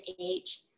age